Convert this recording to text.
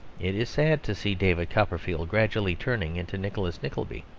it is sad to see david copperfield gradually turning into nicholas nickleby.